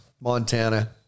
Montana